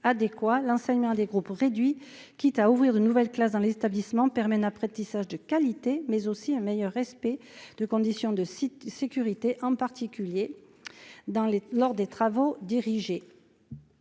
l'enseignement des groupes réduits, quitte à ouvrir une nouvelle classe dans les établissements permet après de tissage de qualité mais aussi un meilleur respect de conditions de sites, sécurité, en particulier dans les lors des travaux dirigés.